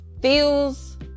feels